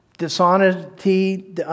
Dishonesty